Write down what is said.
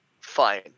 Fine